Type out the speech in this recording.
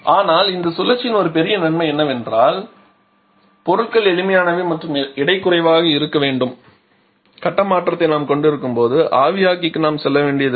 ஆனால் இந்த சுழற்சியின் ஒரு பெரிய நன்மை என்னவென்றால் பொருட்கள் எளிமையானவை மற்றும் எடை குறைவாக இருக்க வேண்டும் கட்ட மாற்றத்தை நாம் கொண்டிருக்கும் மொத்த ஆவியாக்கிக்கு நாம் செல்ல வேண்டியதில்லை